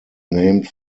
named